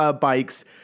bikes